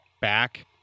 back